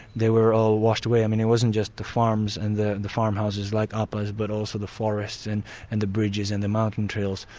they were all washed away. i mean it wasn't just the farms and the the farmhouses like apa's, but also the forest and and the bridges and the mountain trails.